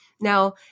Now